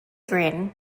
green